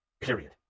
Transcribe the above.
period